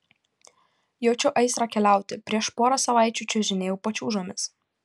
jaučiu aistrą keliauti prieš porą savaičių čiuožinėjau pačiūžomis